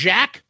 Jack